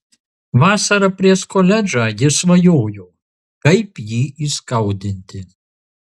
vasarą prieš koledžą ji svajojo kaip jį įskaudinti